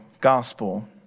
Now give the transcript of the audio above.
gospel